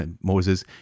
Moses